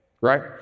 right